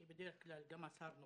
כי בדרך כלל גם השר נוכח,